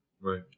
right